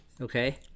okay